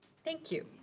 thank you.